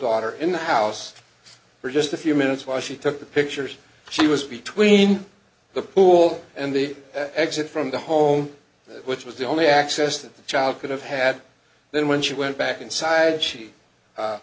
daughter in the house for just a few minutes while she took the pictures she was between the pool and the exit from the home which was the only access that the child could have had then when she went back inside she